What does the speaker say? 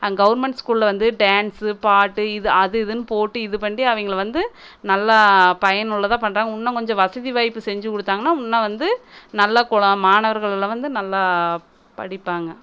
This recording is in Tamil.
கவர்ன்மெண்ட் ஸ்கூலில் வந்து டேன்ஸ்சு பாட்டு இது அது இதுனு போட்டு இது பண்ணி அவங்கள வந்து நல்லா பயன் உள்ளதாக பண்றாங்க இன்னும் கொஞ்சம் வசதி வாய்ப்பு செஞ்சு கொடுத்தாங்கனா இன்னும் வந்து நல்ல குள மாணவர்கள்லாம் வந்து நல்லா படிப்பாங்க